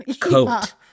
coat